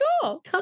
cool